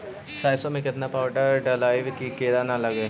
सरसों में केतना पाउडर डालबइ कि किड़ा न लगे?